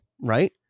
right